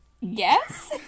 Yes